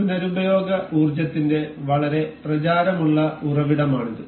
പുനരുപയോഗ ഊർജ്ജത്തിന്റെ വളരെ പ്രചാരമുള്ള ഉറവിടമാണിത്